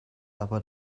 aber